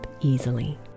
easily